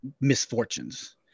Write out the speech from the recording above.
misfortunes